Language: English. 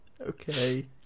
Okay